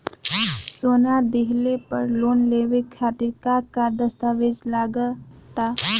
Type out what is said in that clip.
सोना दिहले पर लोन लेवे खातिर का का दस्तावेज लागा ता?